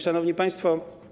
Szanowni Państwo!